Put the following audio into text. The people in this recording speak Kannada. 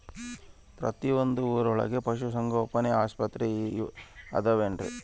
ಪ್ರತಿಯೊಂದು ಊರೊಳಗೆ ಪಶುಸಂಗೋಪನೆ ಆಸ್ಪತ್ರೆ ಅದವೇನ್ರಿ?